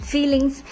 Feelings